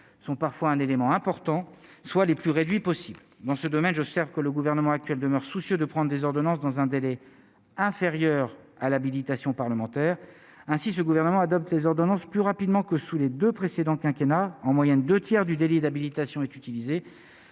sont parfois un élément important, soient les plus réduits possible dans ce domaine, j'observe que le gouvernement actuel demeure soucieux de prendre des ordonnances dans un délai inférieur à l'habilitation parlementaire ainsi le gouvernement adopte ces ordonnances plus rapidement que sous les 2 précédents quinquennats en moyenne 2 tiers du délit d'habilitation est utilisée